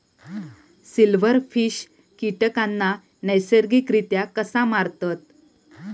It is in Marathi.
सिल्व्हरफिश कीटकांना नैसर्गिकरित्या कसा मारतत?